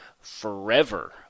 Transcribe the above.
forever